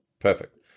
Perfect